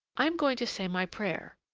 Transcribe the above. i am going to say my prayer,